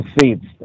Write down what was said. seats